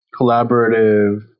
collaborative